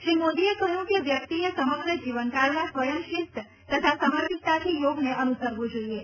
શ્રી મોદીએ કહ્યું કે વ્યક્તિએ સમગ્ર જીવનકાળમાં સ્વયંશીસ્ત તથા સમર્પિતતાથી યોગને અનુસર્વું જોઈએ